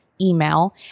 email